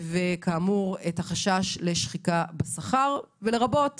וכאמור את החשש לשחיקה בשכר, לרבות